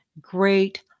great